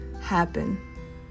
happen